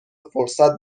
فرصت